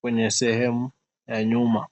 kwenye sehemu ya nyuma.